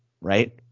right